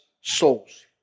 souls